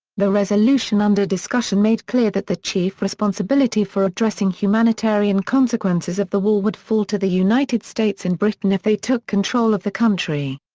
the resolution under discussion made clear that the chief responsibility for addressing humanitarian consequences of the war would fall to the united states and britain if they took control of the country.